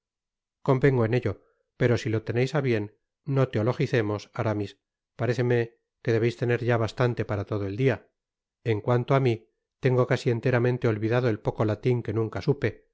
convengo en ello pero si to leneis á bien no teologicemos aramis paréceme que debeis tener ya bastante para todo el dia en cuanto á mi tengo casi enteramente olvidado el poco latin que nunca supe